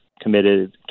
committed